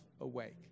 awake